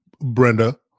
Brenda